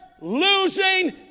losing